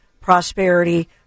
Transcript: prosperity